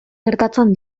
gertatzen